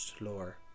lore